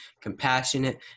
compassionate